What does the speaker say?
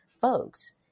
folks